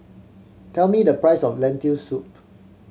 tell me the price of Lentil Soup